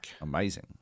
amazing